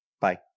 Bye